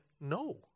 no